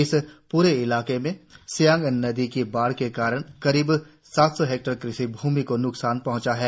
इस पूरे इलाके में सियांग नदी की बाढ़ के कारण करीब सात सौ हेक्टैयर कृषि भूमि को न्कसान पहंचा है